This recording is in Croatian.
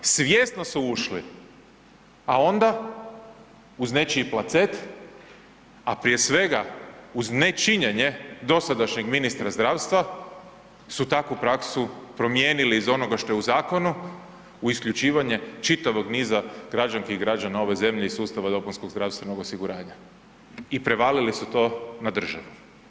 Svjesno su ušli a onda uz nečiji placet, a prije svega uz nečinjenje dosadašnjeg ministra zdravstva su takvu praksu promijenili iz onog što je u zakonu, u isključivanje čitavog niza građanki i građana ove zemlje iz sustava dopunskog zdravstvenog osiguranja i prevalili su to na državu.